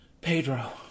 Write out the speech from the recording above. Pedro